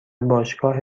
باشگاه